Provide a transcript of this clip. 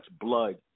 blood